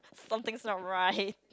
something's not right